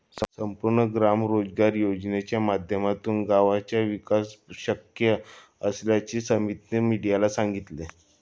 संपूर्ण ग्राम रोजगार योजनेच्या माध्यमातूनच गावाचा विकास शक्य असल्याचे अमीतने मीडियाला सांगितले